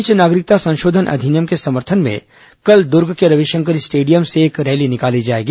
इस बीचें नागरिकता संशोधन अधिनियम के समर्थन में कल द्र्ग के रविशंकर स्टेडियम से एक रैली निकाली जाएगी